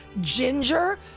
Ginger